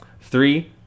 Three